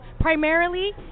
primarily